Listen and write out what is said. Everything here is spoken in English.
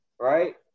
right